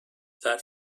that